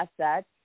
assets